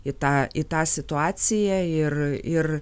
į tą į tą situaciją ir ir